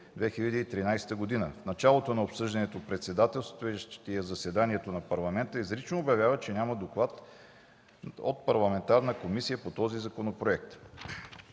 г. В началото на обсъждането председателстващият заседанието на Парламента изрично обявява, че няма доклад от парламентарна комисия по този законопроект.